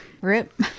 Rip